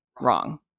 wrong